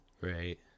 Right